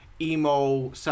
Emo